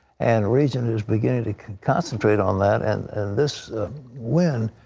and regent is beginning to concentrate on that. and and this win,